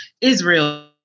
Israel